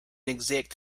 exact